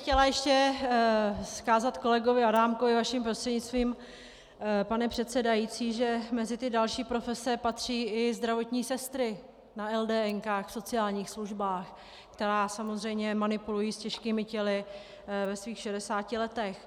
Chtěla bych ještě vzkázat kolegovi Adámkovi vaším prostřednictvím, pane předsedající, že mezi ty další profese patří i zdravotní sestry na LDN, v sociálních službách, které samozřejmě manipulují s těžkými těly ve svých 60 letech.